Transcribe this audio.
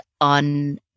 on